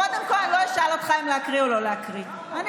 קודם כול תקריאי את מה שאת רוצה.